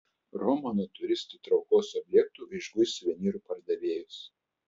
roma nuo turistų traukos objektų išguis suvenyrų pardavėjus